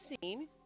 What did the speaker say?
seen